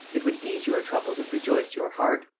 it would ease your troubles and rejoice your heart.